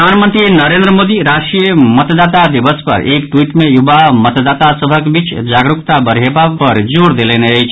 प्रधानमंत्री नरेन्द्र मोदी राष्ट्रीय मतदाता दिवस पर एक ट्वीट मे युवा मतदाता सभक बीच जागरूकता बढेबा पर जोर देलनि अछि